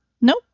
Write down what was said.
Nope